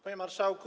Panie Marszałku!